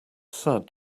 sad